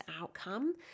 outcome